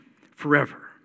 forever